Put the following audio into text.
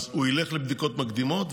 ילכו לבדיקות מקדימות,